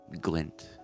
glint